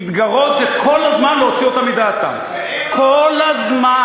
להתגרות זה כל הזמן להוציא אותם מדעתם, כל הזמן.